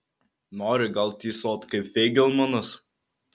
nori gal tysot kaip feigelmanas